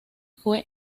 fue